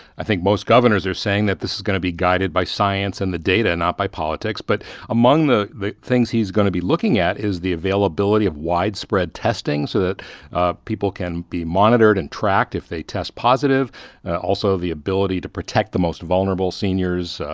i think, most governors are saying, that this is going to be guided by science and the data not by politics. but among the things he's going to be looking at is the availability of widespread testing so that people can be monitored and tracked if they test positive also the ability to protect the most vulnerable seniors,